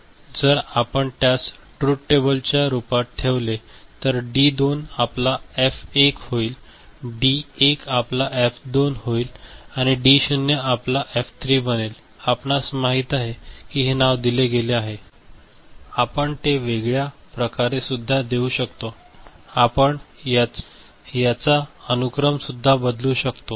जर आपण त्यास ट्रुथ टेबलच्या रूपात ठेवले तर डी 2 आपला एफ 1 होईल डी 1 आपला एफ 2 होईल आणि डी 0 आपला एफ 3 बनेल आपणास माहित आहे की हे नाव दिले गेले आहे आपण ते वेगळ्या प्रकारे सुद्धा देऊ शकतो आपण याचा अनुक्रम सुद्धा बदलू शकतो